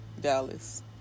Dallas